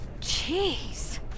Jeez